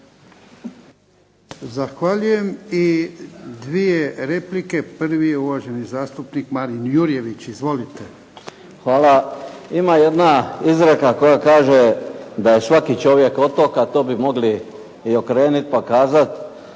Zahvaljujem. I dvije replike. Prvi je uvaženi zastupnik Marin Jurjević. Izvolite. **Jurjević, Marin (SDP)** Hvala. Ima jedna izreka koja kaže da je svaki čovjek otok, a to bi mogli i okrenuti pa kazati